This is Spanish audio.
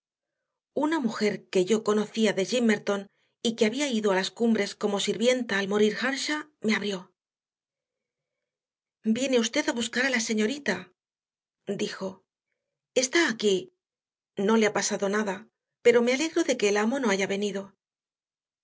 una mujer que yo conocía de gimmerton y que había ido a las cumbres como sirvienta al morir earnshaw me abrió viene usted a buscar a la señorita dijo está aquí y no le ha pasado nada pero me alegro de que el amo no haya venido